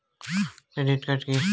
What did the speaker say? Credit card key?